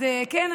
כן,